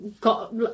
got